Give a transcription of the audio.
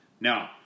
Now